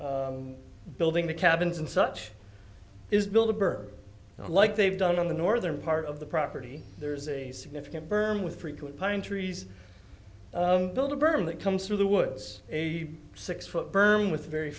or building the cabins and such is build the bird like they've done on the northern part of the property there's a significant berm with frequent pine trees build a berm that comes through the woods a six foot berm with very